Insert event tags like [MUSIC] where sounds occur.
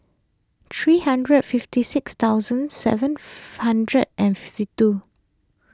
three hundred fifty six thousand seven [NOISE] hundred and fifty two